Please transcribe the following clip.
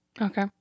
Okay